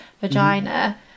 vagina